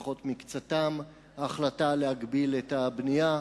לפחות מקצתם: ההחלטה להגביל את הבנייה,